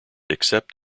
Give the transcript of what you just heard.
except